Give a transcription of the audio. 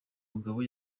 mugabo